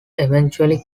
eventually